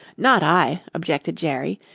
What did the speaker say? not i, objected jerry,